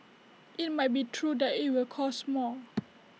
IT might be true that IT will cost more